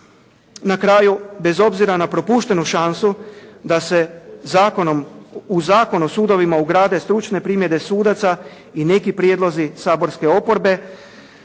Na kraju, bez obzira na propuštenu šansu da se zakonom, u Zakon o sudovima ugrade stručne primjedbe sudaca i neki prijedlozi saborske oporbe